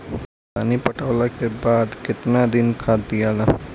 पानी पटवला के बाद केतना दिन खाद दियाला?